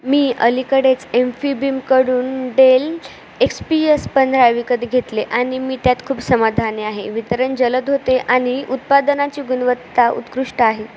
मी अलीकडेच एम्फीबीमकडून Dell X P S पंधरा विकत घेतले आणि मी त्यात खूप समाधानी आहे वितरण जलद होते आणि उत्पादनाची गुणवत्ता उत्कृष्ट आहे